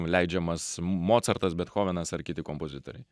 leidžiamas mocartas bethovenas ar kiti kompozitoriai